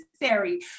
necessary